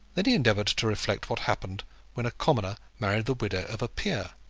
then he endeavoured to reflect what happened when a commoner married the widow of a peer.